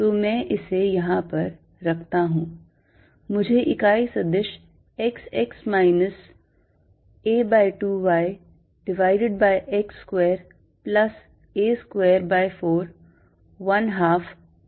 तो मैं इसे यहां पर रखता हूं मुझे इकाई सदिश x x minus a by 2 y divided by x square plus a square by 4 1 half मिलेगा